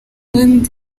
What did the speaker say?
ubundi